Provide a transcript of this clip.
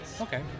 Okay